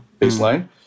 baseline